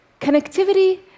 Connectivity